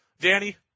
Danny